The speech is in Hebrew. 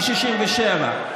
מ-1967,